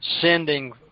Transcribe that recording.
sending